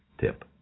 tip